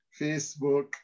Facebook